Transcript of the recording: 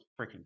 freaking